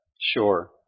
Sure